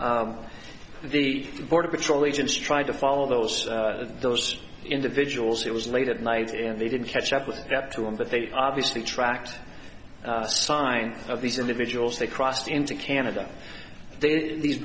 the border patrol agents tried to follow those those individuals it was late at night and they didn't catch up with that to him but they obviously tracked sign of these individuals they crossed into canada these